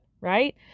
right